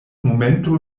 momento